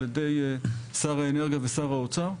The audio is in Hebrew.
על ידי שר האנרגיה ושר האוצר.